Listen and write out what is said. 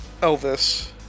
Elvis